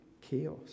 chaos